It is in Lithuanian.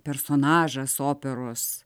personažas operos